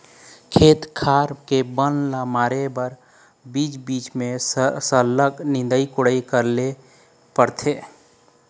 खेत खार के बन ल मारे बर बीच बीच म सरलग निंदई कोड़ई करे ल परथे